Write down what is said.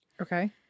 Okay